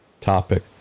topic